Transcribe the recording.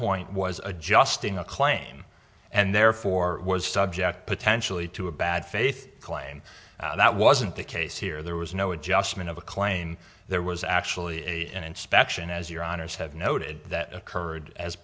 point was adjusting a claim and therefore was subject potentially to a bad faith claim that wasn't the case here there was no adjustment of a claim there was actually an inspection as your honour's have noted that occurred as